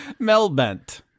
melbent